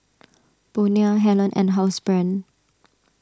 Bonia Helen and Housebrand